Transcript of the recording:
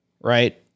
right